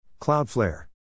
Cloudflare